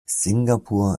singapur